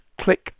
click